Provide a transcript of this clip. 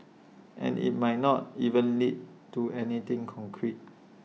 and IT might not even lead to anything concrete